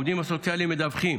העובדים הסוציאליים מדווחים